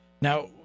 Now –